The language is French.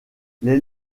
les